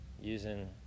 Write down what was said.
using